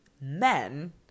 men